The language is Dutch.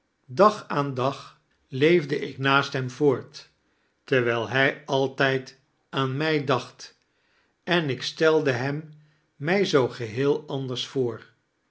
dag aan dag leefde ik naast hem voort terwijl hij altijd aan mij dacht en ik stelde hem mij zoo geheel anders voor